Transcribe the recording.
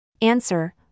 Answer